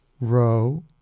row